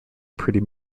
pretty